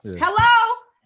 hello